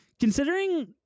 Considering